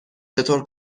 چطور